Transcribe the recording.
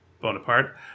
Bonaparte